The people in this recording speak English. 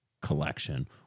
collection